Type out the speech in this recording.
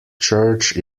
church